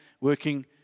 working